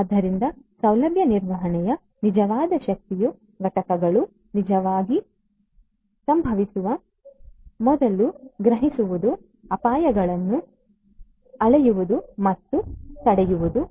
ಆದ್ದರಿಂದ ಸೌಲಭ್ಯ ನಿರ್ವಹಣೆಯ ನಿಜವಾದ ಶಕ್ತಿಯು ಘಟನೆಗಳು ನಿಜವಾಗಿ ಸಂಭವಿಸುವ ಮೊದಲು ಗ್ರಹಿಸುವುದು ಅಪಾಯಗಳನ್ನು ಅಳೆಯುವುದು ಮತ್ತು ತಡೆಯುವುದು